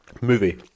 Movie